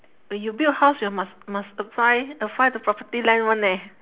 when you build house you must must uh find uh find the property land [one] eh